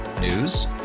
News